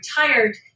retired